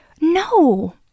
No